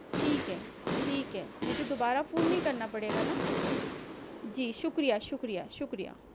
ٹھیک ہے ٹھیک ہے مجھے دوبارہ فون نہیں کرنا پڑے گا نا جی شُکریہ شُکریہ شُکریہ